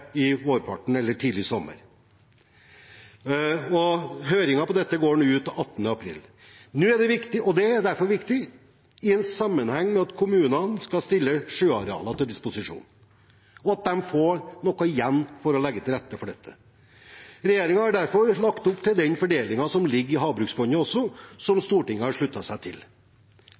vårparten eller tidlig sommer. Høringen for dette går ut 18. april. Det er viktig i sammenheng med at kommunene skal stille sjøarealer til disposisjon, at de får noe igjen for å legge til rette for dette. Regjeringen har derfor lagt opp til den fordelingen som ligger i Havbruksfondet, og som Stortinget har sluttet seg til.